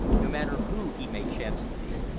no matter who he may chance to be.